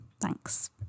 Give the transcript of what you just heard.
Thanks